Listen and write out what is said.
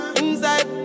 inside